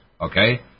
Okay